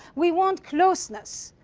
we want closeness.